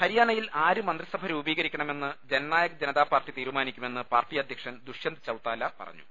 ഹരിയാനയിൽ ആര് മന്ത്രിസഭ രൂപീകരിക്കണ്ടമെന്ന് ജൻനായക് ജനതാപാർട്ടി തീരുമാനിക്കുമെന്ന് പാർട്ടി അധൃക്ഷൻ ് ദുഷ്യന്ത്ചൌ താല പറഞ്ഞു